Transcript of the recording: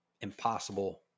impossible